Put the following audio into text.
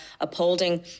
upholding